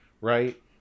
right